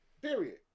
Period